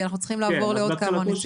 כי אנחנו צריכים לעבור לעוד כמה נציגים.